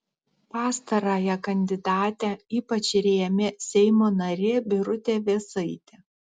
pastarąją kandidatę ypač rėmė seimo narė birutė vėsaitė